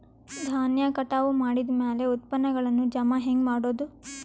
ಧಾನ್ಯ ಕಟಾವು ಮಾಡಿದ ಮ್ಯಾಲೆ ಉತ್ಪನ್ನಗಳನ್ನು ಜಮಾ ಹೆಂಗ ಮಾಡೋದು?